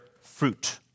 fruit